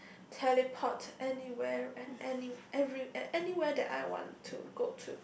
teleport anywhere and any every anywhere that I want to go to